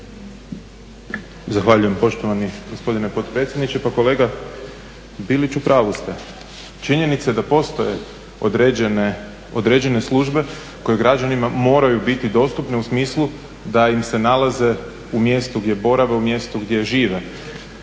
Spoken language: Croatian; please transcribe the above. Zahvaljujem poštovani gospodine potpredsjedniče. Pa kolega Bilić u pravu ste. Činjenica je da postoje određene službe koje građanima moraju biti dostupne u smislu da im se nalaze u mjestu gdje borave, u mjestu gdje žive.